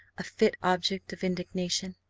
a fit object of indignation?